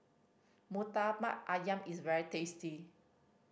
Murtabak Ayam is very tasty